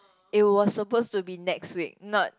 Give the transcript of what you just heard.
it was supposed to be next week not